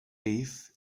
beef